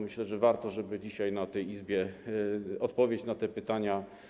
Myślę, że warto, żeby dzisiaj w tej Izbie padła odpowiedź na te pytania.